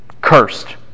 Cursed